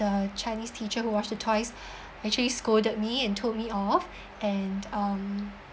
the chinese teacher who washed the toys actually scolded me and told me off and um